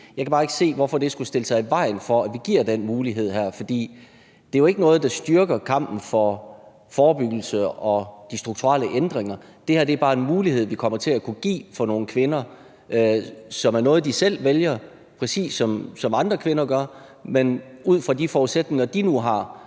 jeg kan bare ikke se, hvorfor det skulle stille sig i vejen for, at vi giver den mulighed her. For det her er jo ikke noget, der styrker kampen for forebyggelse og de strukturelle ændringer. Det her er bare en mulighed, vi kommer til at kunne give til nogle kvinder, og det er noget, de selv vælger, præcis som andre kvinder gør. Men de gør det ud fra de forudsætninger, de nu har,